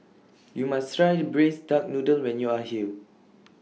YOU must Try The Braised Duck Noodle when YOU Are here